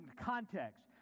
context